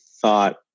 Thought